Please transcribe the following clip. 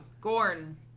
Gorn